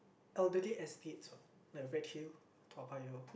elderly estates what like redhill Toa-Payoh